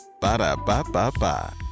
Ba-da-ba-ba-ba